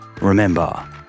remember